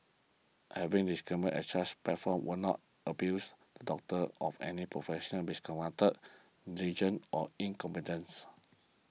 having disclaimers at such platforms will not abuse the doctor of any professional misconduct or incompetence